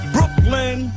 Brooklyn